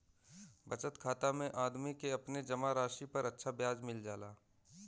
बचत खाता में आदमी के अपने जमा राशि पर अच्छा ब्याज मिल जाला